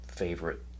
favorite